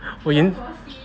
我